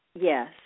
Yes